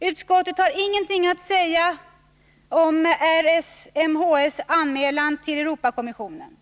Utskottet har ingenting att säga om RSMH:s — Riksförbundet för social och mental hälsa — anmälan till Europakommissionen.